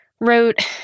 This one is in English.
wrote